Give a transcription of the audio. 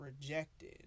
rejected